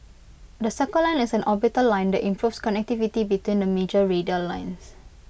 the circle line is an orbital line that improves connectivity between the major radial lines